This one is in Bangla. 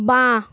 বাঁ